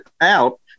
out